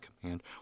command